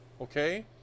Okay